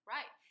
Right